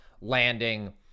landing